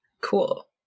cool